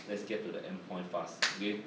let's get to the end point fast okay